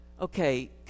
Okay